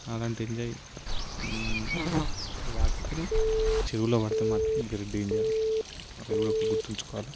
అలాంటి ఎంజాయ్ వాటర్కి అని చెరువులో పడితే మాత్రం వెరీ డేంజర్ అది కూడా గుర్తుంచుకోవాలి